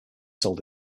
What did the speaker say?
sold